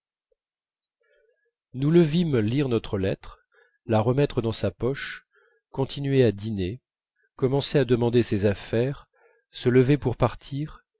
nous le vîmes lire notre lettre la remettre dans sa poche continuer à dîner commencer à demander ses affaires se lever pour partir